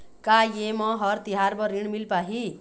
का ये म हर तिहार बर ऋण मिल पाही?